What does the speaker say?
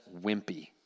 wimpy